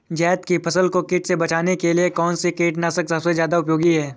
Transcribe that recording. जायद की फसल को कीट से बचाने के लिए कौन से कीटनाशक सबसे ज्यादा उपयोगी होती है?